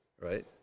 right